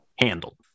handled